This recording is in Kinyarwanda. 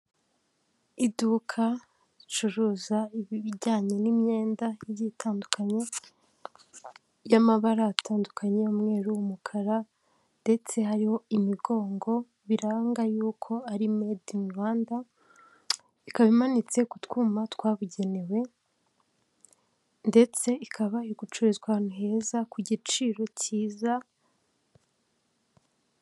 Iduka ricuruza ibijyanye n'imyenda igiye itandukanye, y'amabara atandukanye, umweru, umukara ndetse hari imigongo biranga yuko ari medini Rwanda, ikaba imanitse kutwuma twabugenewe ndetse ikaba igucururizwa ahantu heza, ku giciro cyiza.